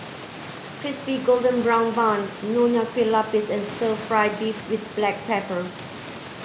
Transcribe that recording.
crispy golden brown bun Nonya Kueh Lapis and stir fry beef with black pepper